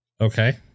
Okay